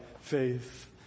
faith